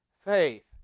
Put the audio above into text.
Faith